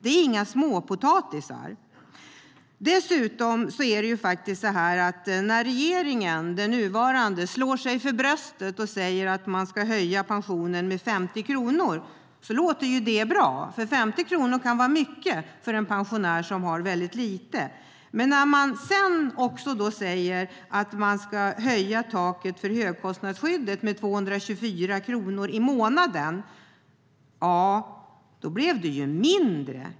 Det är inga småpotatis. Det låter bra när den nuvarande regeringen slår sig för bröstet och säger att de ska höja pensionen med 50 kronor; 50 kronor kan vara mycket pengar för en pensionär som har väldigt lite. Men sedan säger de också att de ska höja taket för högkostnadsskyddet med 224 kronor i månaden.